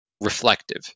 reflective